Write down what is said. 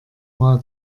mal